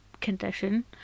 condition